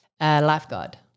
Lifeguard